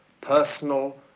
personal